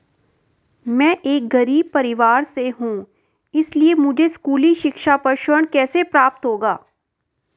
मैं एक गरीब परिवार से हूं इसलिए मुझे स्कूली शिक्षा पर ऋण कैसे प्राप्त होगा?